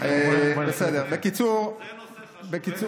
זה נושא חשוב, איתן,